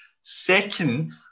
Second